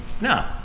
no